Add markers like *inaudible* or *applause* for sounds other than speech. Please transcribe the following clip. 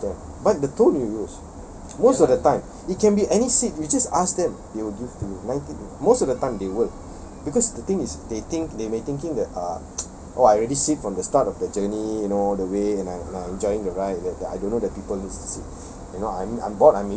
you can approach them but the tone you use most of the time it can be any seat we just ask them they will give to you ninet~ most of the time they will because the thing is they think they may thinking that uh *noise* oh I already sit from the start of the journey you know the way and I and I'm enjoying the ride that that I don't know that people needs the seat